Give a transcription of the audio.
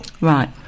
Right